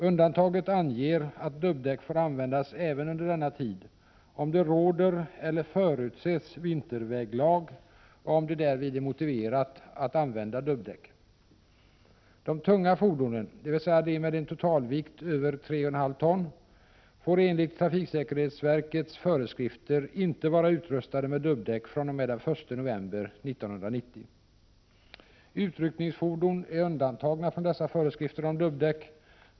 Undantaget anger att dubbdäck får användas även under denna tid om det råder eller förutses vinterväglag och det därvid är motiverat att använda dubbdäck. Utryckningsfordon är undantagna från dessa föreskrifter om dubbdäck.